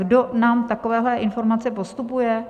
Kdo nám takovéhle informace postupuje?